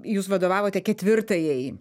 jūs vadovavote ketvirtajai